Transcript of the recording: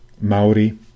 Maori